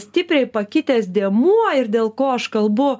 stipriai pakitęs dėmuo ir dėl ko aš kalbu